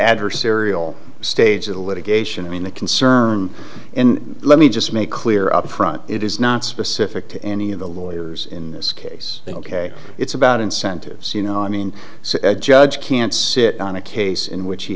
adversarial stage of the litigation i mean the concern and let me just make clear up front it is not specific to any of the lawyers in this case ok it's about incentives you know i mean so judge can't sit on a case in which he